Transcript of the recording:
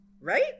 right